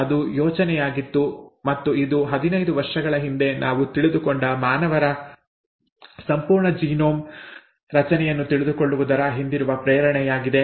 ಅದು ಯೋಚನೆಯಾಗಿತ್ತು ಮತ್ತು ಇದು 15 ವರ್ಷಗಳ ಹಿಂದೆ ನಾವು ತಿಳಿದುಕೊಂಡ ಮಾನವರ ಸಂಪೂರ್ಣ ಜೀನೋಮ್ ರಚನೆಯನ್ನು ತಿಳಿದುಕೊಳ್ಳುವುದರ ಹಿಂದಿರುವ ಪ್ರೇರಣೆಯಾಗಿದೆ